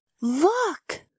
Look